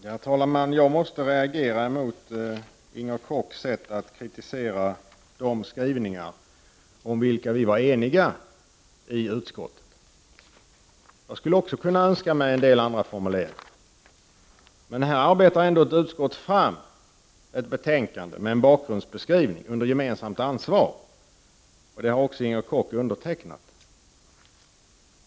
Herr talman! Jag måste reagera mot Inger Kochs sätt att kritisera de skrivningar, om vilka vi var eniga i utskottet. Jag skulle också kunna önska mig en del andra formuleringar. Men här arbetar ändå ett utskott fram ett betänkande med en bakgrundsbeskrivning i gemensamt ansvar. Det har också Inger Koch undertecknat.